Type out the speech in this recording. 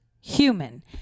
human